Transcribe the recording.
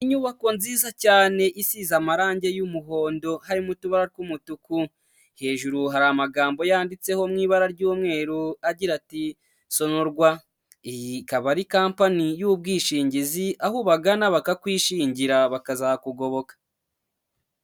Inyubako nziza cyane isize amarangi y'umuhondo harimo utubara tw'umutuku. Hejuru hari amagambo yanditseho mu ibara ry'umweru agira ati ''Sonarwa'' iyi ikaba ari kompani y'ubwishingizi aho bagana bakakwishingira bakazakugoboka.